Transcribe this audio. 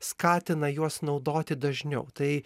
skatina juos naudoti dažniau tai